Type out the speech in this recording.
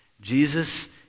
Jesus